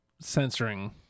censoring